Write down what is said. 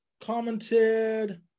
commented